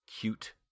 cute